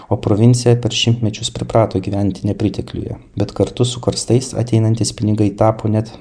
o provincija per šimtmečius priprato gyvent nepritekliuje bet kartu su karstais ateinantys pinigai tapo net